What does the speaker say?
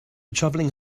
travelling